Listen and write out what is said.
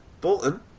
Bolton